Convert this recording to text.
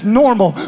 normal